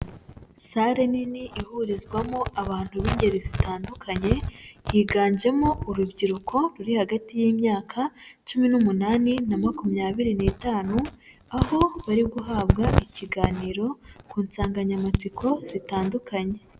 sale nini ihurizwamo abantu b'ingeri zitandukanye higanjemo urubyiruko ruri hagati y'imyaka cumi n'umunani na makumyabiri n'itanu aho bari guhabwa ikiganiro ku nsanganyamatsiko zitandukanye.